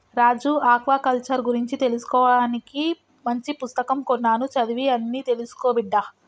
రాజు aquaculture గురించి తెలుసుకోవానికి మంచి పుస్తకం కొన్నాను చదివి అన్ని తెలుసుకో బిడ్డా